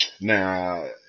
now